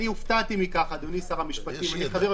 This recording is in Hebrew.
אדוני שר המשפטים.